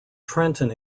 trenton